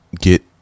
get